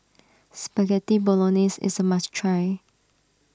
Spaghetti Bolognese is a must try